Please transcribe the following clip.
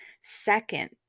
second